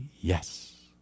yes